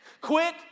Quit